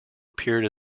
appeared